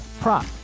prop